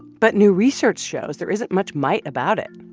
but new research shows there isn't much might about it.